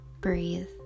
breathe